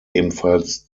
ebenfalls